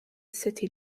city